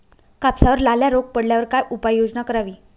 कापसावर लाल्या रोग पडल्यावर काय उपाययोजना करावी?